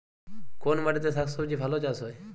কোন মাটিতে শাকসবজী ভালো চাষ হয়?